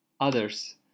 others